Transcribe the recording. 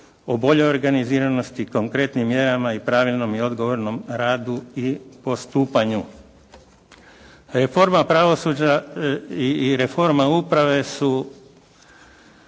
o boljoj organiziranosti, konkretnim mjerama i pravilnom i odgovornom radu i postupanju. Reforma pravosuđa i reforma uprave su